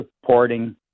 supporting